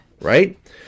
right